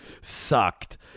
sucked